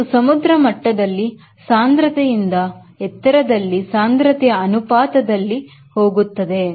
ಇದು ಸಮುದ್ರಮಟ್ಟದಲ್ಲಿ ಸಾಂದ್ರತೆಯಿಂದ ಎತ್ತರದಲ್ಲಿ ಸಾಂದ್ರತೆಯ ಅನುಪಾತದಲ್ಲಿ ಹೋಗುತ್ತದೆ